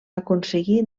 aconseguí